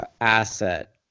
asset